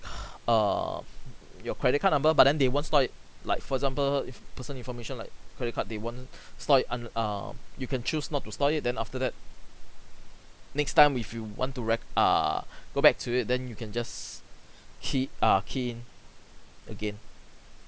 err your credit card number but then they won't store it like for example if person information like credit card they won't store it un~ um you can choose not to store it then after that next time if you want to rec~ err go back to it then you can just key err key in again